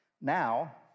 Now